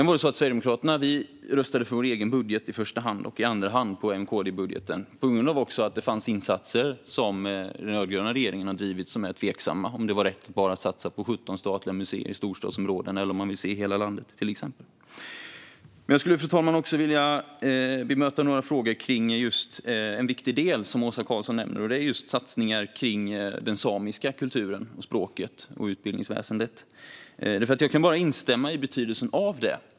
Vi i Sverigedemokraterna röstade för vår egen budget i första hand och i andra hand på M-KD-budgeten. Det fanns insatser som den rödgröna regeringen har drivit som är tveksamma, om det var rätt att bara satsa på 17 statliga museer i storstadsområdena, eller om man vill se hela landet, till exempel. Fru talman! Jag vill bemöta några frågor om en viktig del som Åsa Karlsson nämner. Det gäller satsningar på den samiska kulturen, språket och utbildningsväsendet. Jag kan bara instämma i betydelsen av det.